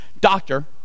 doctor